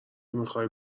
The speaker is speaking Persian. میخای